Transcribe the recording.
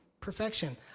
perfection